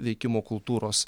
veikimo kultūros